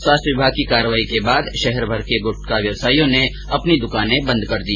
स्वास्थ विभाग की कार्रवाई के बाद शहर भर में गुटखा व्यवसाइयों ने अपनी दुकाने बंद कर दी